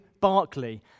Barclay